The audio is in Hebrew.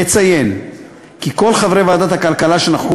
אציין כי כל חברי ועדת הכלכלה שנכחו